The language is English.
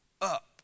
up